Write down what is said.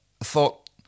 thought